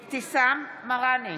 אבתיסאם מראענה,